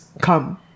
come